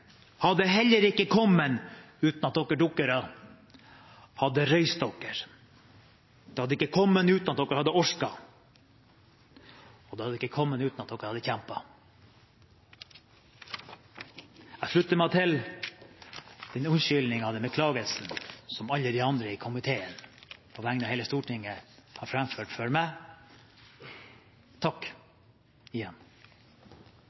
hadde heller ikke kommet uten at dere dykkere hadde reist dere. Det hadde ikke kommet uten at dere hadde orket, og det hadde ikke kommet uten at dere hadde kjempet. Jeg slutter meg til den unnskyldningen som alle de andre i komiteen på vegne av hele Stortinget har